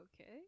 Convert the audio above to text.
Okay